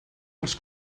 als